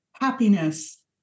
happiness